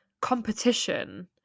competition